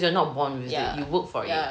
ya ya definitely